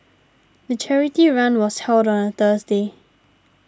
the charity run was held on a Thursday